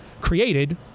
created